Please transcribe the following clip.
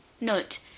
note